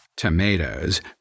Tomatoes